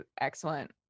excellent